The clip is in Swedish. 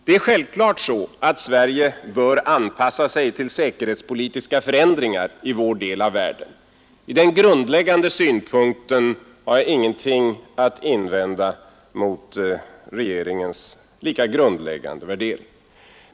Det är självklart så att Sverige bör anpassa sig till säkerhetspolitiska förändringar i vår del av världen. På den grundläggande punkten har jag ingenting att invända mot regeringens lika grundläggande värdering.